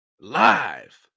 live